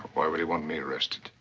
why would he want me arrested?